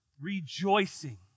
rejoicing